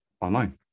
online